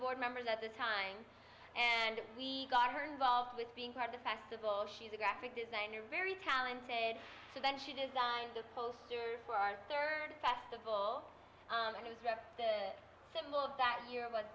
board members at the time and we got her involved with being part of the festival she's a graphic designer very talented so then she designed the posters for our third festival and has got the symbol of that